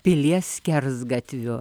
pilies skersgatviu